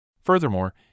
Furthermore